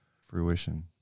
fruition